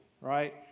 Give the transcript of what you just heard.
right